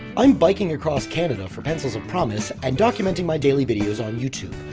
i'm biking across canada for pencils of promise and documenting my daily videos on youtube,